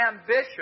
ambition